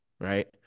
right